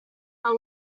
are